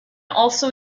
also